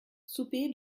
soupé